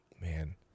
Man